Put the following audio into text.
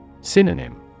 Synonym